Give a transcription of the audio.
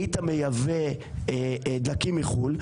היית מייבא דלקים מחו"ל.